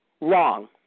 wrong